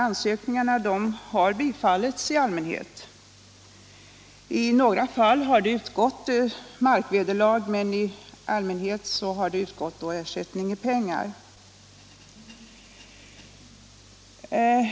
Ansökningarna har då i allmänhet bifallits. I några fall har det utgått markvederlag, men i allmänhet har ersättning utgått i pengar.